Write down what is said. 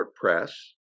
Press